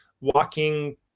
walking